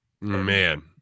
man